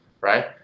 right